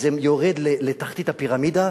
זה יורד לתחתית הפירמידה.